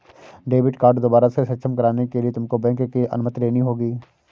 debit card दोबारा से सक्षम कराने के लिए तुमको बैंक की अनुमति लेनी होगी